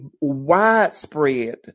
widespread